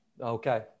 okay